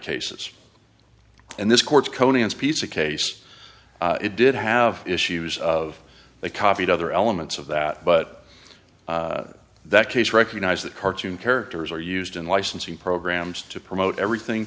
cases and this court's conan's piece a case it did have issues of they copied other elements of that but that case recognize that cartoon characters are used in licensing programs to promote everything